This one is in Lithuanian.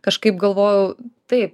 kažkaip galvojau tai